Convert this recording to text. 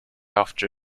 after